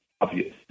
obvious